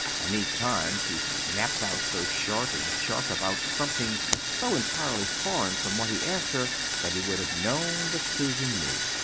and each time she snapped out so short and sharp about something so entirely foreign from what he asked her that he would have known that susan knew.